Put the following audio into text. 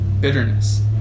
Bitterness